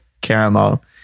Caramel